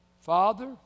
Father